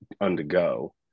undergo